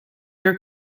your